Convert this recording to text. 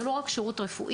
זה לא רק שירות רפואי,